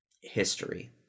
history